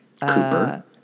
Cooper